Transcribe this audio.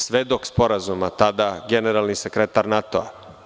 Svedok sporazuma tada, generalni sekretar NATO-a.